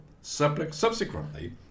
Subsequently